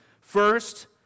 First